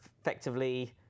effectively